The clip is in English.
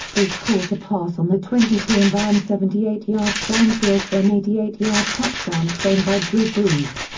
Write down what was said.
bush caught a pass on the twenty two and ran seventy eight yards downfield for an eighty eight yard touchdown thrown by drew brees.